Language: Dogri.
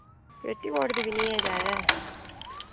पेटीकोट दी बी निं ऐ जैदै